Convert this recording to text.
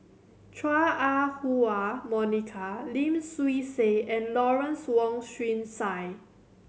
Chua Ah Huwa Monica Lim Swee Say and Lawrence Wong Shyun Tsai